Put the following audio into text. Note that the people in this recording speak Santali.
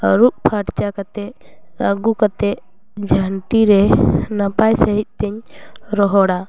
ᱟᱹᱨᱩᱵᱽ ᱯᱷᱟᱨᱪᱟ ᱠᱟᱛᱮᱫ ᱟᱹᱜᱩ ᱠᱟᱛᱮᱫ ᱡᱷᱟᱹᱱᱴᱤ ᱨᱮ ᱱᱟᱯᱟᱭ ᱥᱟᱺᱦᱤᱡ ᱛᱤᱧ ᱨᱚᱦᱚᱲᱟ